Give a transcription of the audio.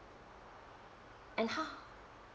and how